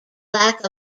lack